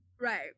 Right